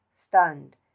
stunned